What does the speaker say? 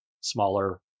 smaller